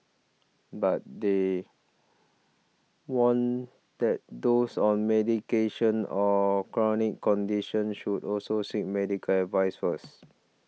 but they warn that those on medication or chronic conditions should also seek medical advice first